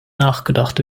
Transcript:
nachgedacht